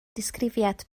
disgrifiad